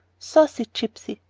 saucy gypsy!